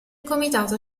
comitato